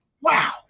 wow